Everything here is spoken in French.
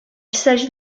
s’agit